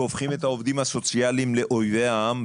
והופכים את העובדים הסוציאליים לאויבי העם,